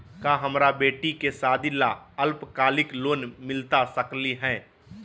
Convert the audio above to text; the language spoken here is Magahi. का हमरा बेटी के सादी ला अल्पकालिक लोन मिलता सकली हई?